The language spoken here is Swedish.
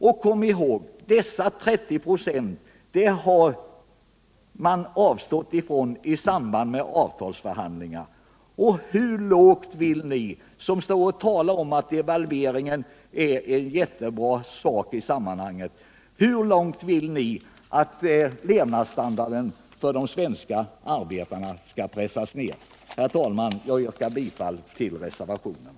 Och kom ihåg: Dessa 30 926 har de anställda avstått ifrån i samband med avtalsförhandlingar! Ni som står och talar om att devalveringen är en jättebra sak i sammanhanget, hur långt vill ni att levnadsstandarden för de svenska arbetarna skall pressas ner? Herr talman! Jag yrkar bifall till reservationerna.